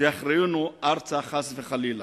שיכריעונו ארצה, חס וחלילה.